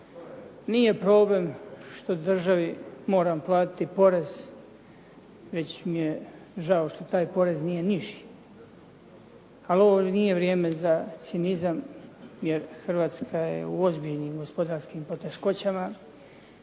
nije problem što državi moram platiti porez, već mi je žao što taj porez nije niži. Ali ovo nije vrijeme za cinizam jer Hrvatska je u ozbiljnim gospodarskim poteškoćama